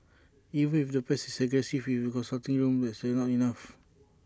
even if the pet is aggressive in the consulting room that's not enough